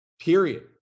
Period